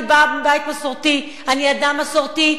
אני באה מבית מסורתי, אני אדם מסורתי.